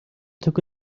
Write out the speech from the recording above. took